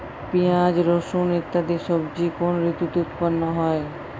পিঁয়াজ রসুন ইত্যাদি সবজি কোন ঋতুতে উৎপন্ন হয়?